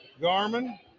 Garmin